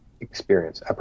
experience